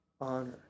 honor